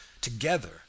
together